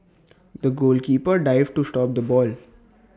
the goalkeeper dived to stop the ball